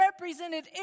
represented